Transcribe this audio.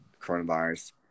coronavirus